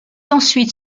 ensuite